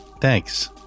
Thanks